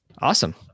Awesome